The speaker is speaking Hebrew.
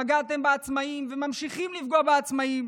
פגעתם בעצמאים וממשיכים לפגוע בעצמאים,